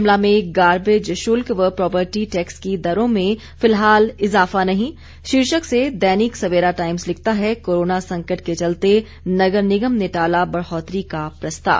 शिमला में गारबेज शुल्क व प्रॅपर्टी टैक्स की दरों में फिलहाल इजाफा नहीं शीर्षक से दैनिक सवेरा टाइम्स लिखता है कोरोना संकट के चलते नगर निगम ने टाला बढ़ौतरी का प्रस्ताव